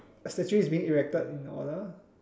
a statue is being erected in your honour